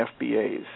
FBAs